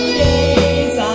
days